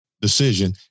decision